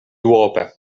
duope